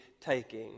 taking